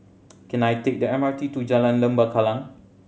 can I take the M R T to Jalan Lembah Kallang